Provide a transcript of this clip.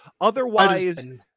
Otherwise